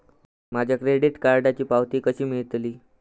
माझ्या क्रेडीट कार्डची पावती कशी मिळतली?